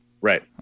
Right